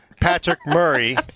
Patrick-Murray